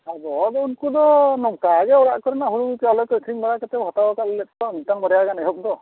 ᱟᱵᱚ ᱫᱚ ᱩᱱᱠᱩ ᱫᱚ ᱱᱚᱝᱠᱟᱜᱮ ᱚᱲᱟᱜ ᱠᱚᱨᱮᱱᱟᱜ ᱦᱩᱲᱩ ᱪᱟᱣᱞᱮ ᱠᱚ ᱟᱹᱠᱷᱨᱤᱧ ᱵᱟᱲᱟ ᱠᱟᱛᱮᱫ ᱦᱟᱛᱟᱣ ᱟᱠᱟᱫ ᱞᱮᱠᱟ ᱢᱤᱫᱴᱟᱱ ᱵᱟᱨᱭᱟ ᱜᱟᱱ ᱮᱦᱚᱵ ᱫᱚ